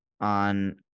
on